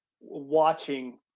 watching